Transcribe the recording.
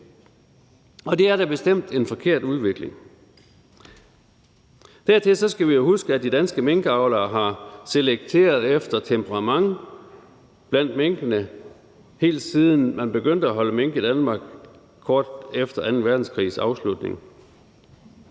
og det er da bestemt en forkert udvikling. Dertil skal vi jo huske, at de danske minkavlere har selekteret efter temperament blandt minkene, helt siden man begyndte at holde mink i Danmark kort efter anden verdenskrigs afslutning.